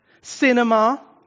cinema